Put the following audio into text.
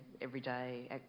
everyday